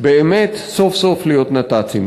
באמת סוף-סוף להיות נת"צים.